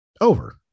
Over